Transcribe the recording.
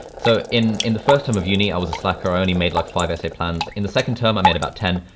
so in, in the first time of uni i was a slacker only made like five essay plans. in the second term i made about ten,